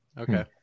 Okay